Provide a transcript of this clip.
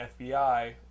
FBI